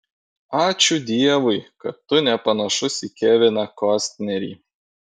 ačiū dievui kad tu nepanašus į keviną kostnerį